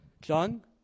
John